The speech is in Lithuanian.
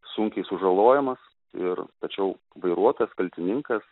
sunkiai sužalojamas ir tačiau vairuotojas kaltininkas